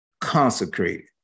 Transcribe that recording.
consecrated